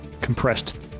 compressed